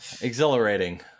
exhilarating